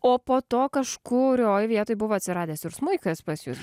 o po to kažkurioj vietoj buvo atsiradęs ir smuikas pas jus